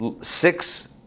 six